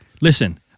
Listen